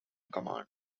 command